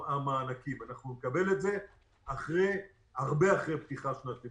המענקים אנחנו נקבל את זה הרבה אחרי פתיחת שנת הלימודים.